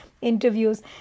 interviews